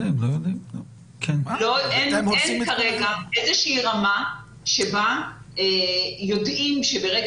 אין כרגע איזושהי רמה בה יודעים שברגע